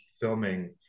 filming